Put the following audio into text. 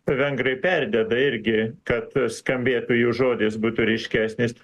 vengrai perdeda irgi kad skambėtų jų žodis būtų ryškesnis